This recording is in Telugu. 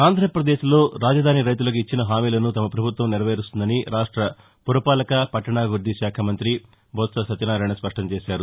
ఆంధ్రాప్రదేశ్ లో రాజధాని రైతులకు ఇచ్చిన హామీలను తమ ప్రభుత్వం నెరవేరుస్తుందని రాష్ట పురపాలక పట్టణాభివృద్ధి శాఖమంత్రి బొత్స సత్యనారాయణ స్పష్టంచేశారు